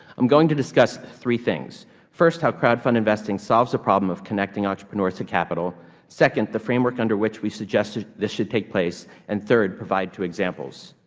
i'm going to discuss three things first, how crowdfund investing solves a problem of connecting entrepreneurs to capital second, the framework under which we suggested this should take place and, third, provide two examples.